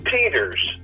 Peters